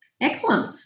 Excellent